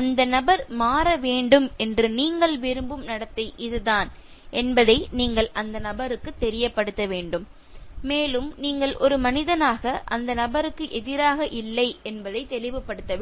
அந்த நபர் மாற வேண்டும் என்று நீங்கள் விரும்பும் நடத்தை இதுதான் என்பதை நீங்கள் அந்த நபருக்கு தெரியப்படுத்த வேண்டும் மேலும் நீங்கள் ஒரு மனிதனாக அந்த நபருக்கு எதிராக இல்லை என்பதைத் தெளிவுபடுத்த வேண்டும்